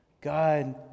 God